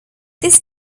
this